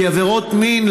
כי עבירות מין,